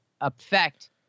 affect